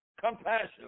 compassion